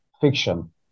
fiction